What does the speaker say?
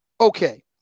okay